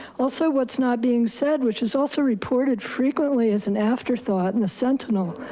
also, what's not being said, which is also reported frequently as an afterthought in the sentinel,